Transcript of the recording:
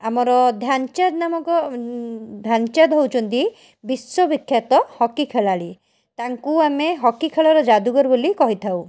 ଆମର ଧ୍ୟାନଚାନ୍ଦ ନାମକ ଧ୍ୟାନଚାନ୍ଦ ହେଉଛନ୍ତି ବିଶ୍ଵବିଖ୍ୟାତ ହକି ଖେଳାଳି ତାଙ୍କୁ ଆମେ ହକିଖେଳର ଯାଦୁଗର ବୋଲି କହିଥାଉ